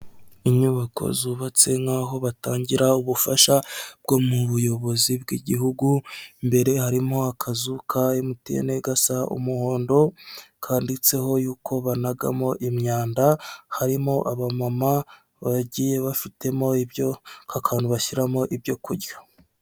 Inyubako zubatse nk'aho batangira ubufasha bwo mu buyobozi bw'igihugu imbere harimo akazu ka emutiyeni gasa umuhondo kanditseho yuko banagamo imyanda harimo abamama bagiye bafitemo ibyo kakantu bashyiramo ibyo kurya.